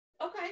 okay